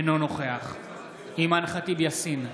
אינו נוכח אימאן ח'טיב יאסין,